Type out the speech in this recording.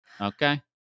Okay